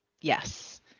yes